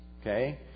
Okay